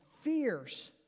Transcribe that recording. fierce